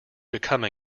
come